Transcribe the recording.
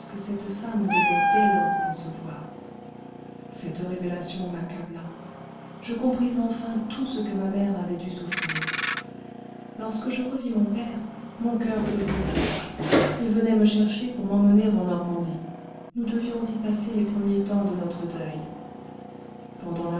cette femme devait dès lors concevoir cette révélation m'accabla je compris enfin tout ce que ma mère avait dû souffrir lorsque je revis mon père mon coeur se brisa il venait me chercher pour m'emmener en normandie nous devions y passer les premiers temps de notre deuil pendant la